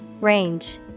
Range